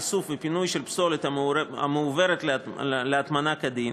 איסוף ופינוי של פסולת המועברת להטמנה כדין,